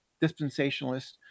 dispensationalist